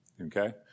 Okay